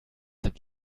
habt